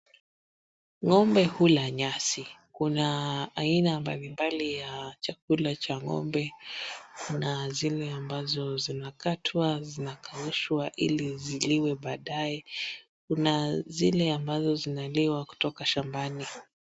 Ng'ombe hula nyasi. Kuna aina mbalimbali ya chakula cha ng'ombe na zile ambazo zinakatwa zinakaushwa ili ziliwe baadae. Kuna zile ambazo zinaliwa kutoka shambani.